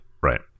Right